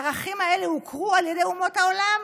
הערכים האלה הוכרו על ידי אומות העולם